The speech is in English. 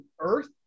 earth